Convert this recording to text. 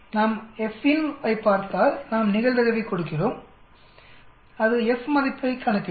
நாம் FINV ஐப் பார்த்தால் நாம் நிகழ்தகவைக் கொடுக்கிறோம் அது F மதிப்பைக் கணக்கிடும்